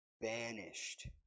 banished